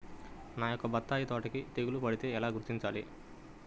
నా యొక్క బత్తాయి తోటకి తెగులు పడితే ఎలా గుర్తించాలి?